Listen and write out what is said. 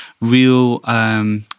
real